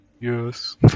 Yes